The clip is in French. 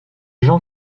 gens